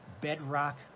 bedrock